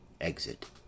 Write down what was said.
Exit